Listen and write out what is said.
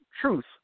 truth